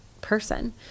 person